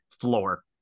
floor